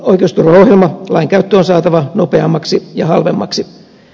lainkäyttö on saatava nopeammaksi ja halvemmaksi